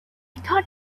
thought